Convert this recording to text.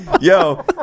yo